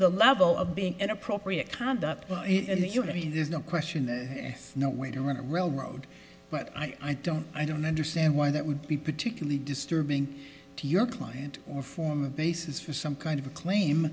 the level of being inappropriate conduct in the unit he there's no question that no way to run a railroad but i don't i don't understand why that would be particularly disturbing to your client or form a basis for some kind of a claim